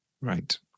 Right